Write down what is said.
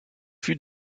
fut